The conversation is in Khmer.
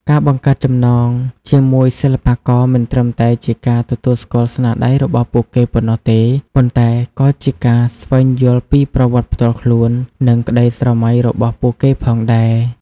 ការបង្កើតចំណងជាមួយសិល្បករ មិនត្រឹមតែជាការទទួលស្គាល់ស្នាដៃរបស់ពួកគេប៉ុណ្ណោះទេ ប៉ុន្តែក៏ជាការស្វែងយល់ពីប្រវត្តិផ្ទាល់ខ្លួន និងក្តីស្រមៃរបស់ពួកគេផងដែរ។